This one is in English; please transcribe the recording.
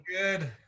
Good